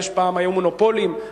פעם היו מונופולים,